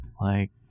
Like